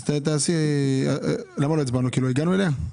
כל ההתייחסות לאיחוד היא ברמת העוסק.